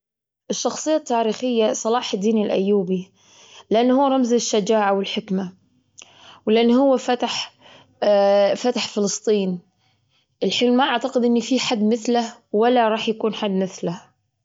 القراءة، أقدم هواياتي هي القراءة، وبدأتها من مكتبة المدرسة. حبيت أنني أقرأ القصص القصيرة دائمًا، وأني أقرأ دائمًا قبل النوم، لحد ما بدأت أقرأ في الكتب اللي في المكتبة وأقرأ مراجع وكتب كثيرة.